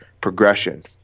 progression